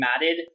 matted